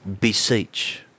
beseech